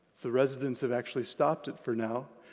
the residents have actually stopped it for now,